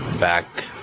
back